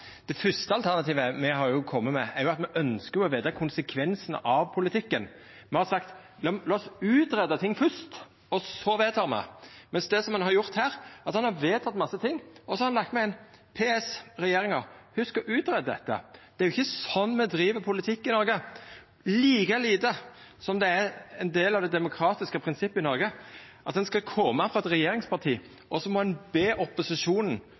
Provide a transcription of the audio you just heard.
Det første alternativet me har kome med, er at me ønskjer å veta konsekvensen av politikken. Me har sagt: Lat oss greia ut ting først, og så vedtek me. Mens det ein har gjort her, er at ein har vedteke mange ting, og så har ein lagt med eit PS til regjeringa: Hugs å greia ut dette. Det er jo ikkje sånn me driv politikk i Noreg, like lite som det er ein del av det demokratiske prinsippet i Noreg at ein kjem frå eit regjeringsparti og ber opposisjonen